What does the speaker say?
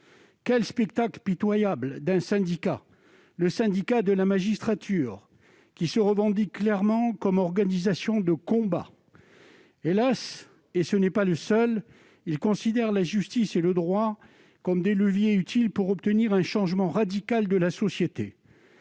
Quel spectacle pitoyable d'un syndicat, le Syndicat de la magistrature, qui se revendique clairement comme organisation de combat ! Hélas ! Ce n'est pas le seul. Il considère la justice et le droit comme des leviers utiles pour obtenir un changement radical de la société.